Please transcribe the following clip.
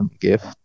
gift